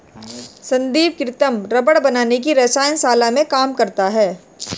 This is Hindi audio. संदीप कृत्रिम रबड़ बनाने की रसायन शाला में काम करता है